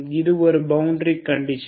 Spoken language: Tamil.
இது ஒரு பவுண்டரி கண்டிஷன்